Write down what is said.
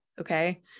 okay